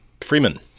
Freeman